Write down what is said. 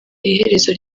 iherezo